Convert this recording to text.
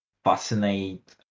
fascinate